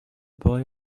boy